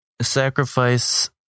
sacrifice